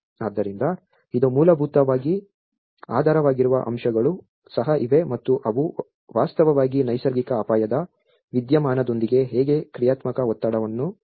ಆದ್ದರಿಂದ ಇದು ಮೂಲಭೂತವಾಗಿ ಆಧಾರವಾಗಿರುವ ಅಂಶಗಳೂ ಸಹ ಇವೆ ಮತ್ತು ಅವು ವಾಸ್ತವವಾಗಿ ನೈಸರ್ಗಿಕ ಅಪಾಯದ ವಿದ್ಯಮಾನದೊಂದಿಗೆ ಹೇಗೆ ಕ್ರಿಯಾತ್ಮಕ ಒತ್ತಡವನ್ನು ಸೃಷ್ಟಿಸುತ್ತವೆ